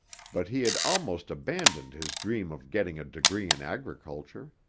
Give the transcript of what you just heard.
but he had almost abandoned his dream of getting a degree in agriculture.